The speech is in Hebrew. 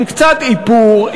עם קצת איפור,